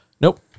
Nope